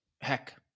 heck